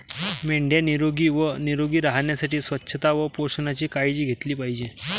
मेंढ्या निरोगी व निरोगी राहण्यासाठी स्वच्छता व पोषणाची काळजी घेतली पाहिजे